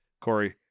Corey